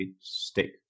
stick